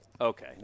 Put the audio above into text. Okay